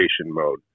mode